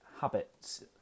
Habits